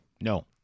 No